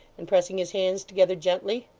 and pressing his hands together gently.